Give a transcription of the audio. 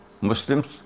Muslims